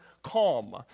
Calm